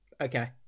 Okay